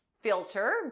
filter